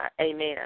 amen